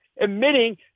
admitting